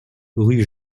rue